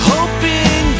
Hoping